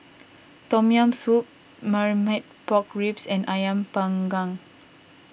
Tom Yam Soup Marmite Pork Ribs and Ayam Panggang